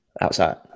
outside